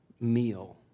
meal